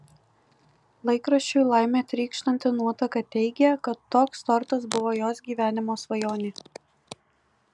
laikraščiui laime trykštanti nuotaka teigė kad toks tortas buvo jos gyvenimo svajonė